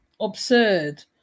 absurd